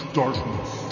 darkness